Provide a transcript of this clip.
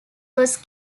was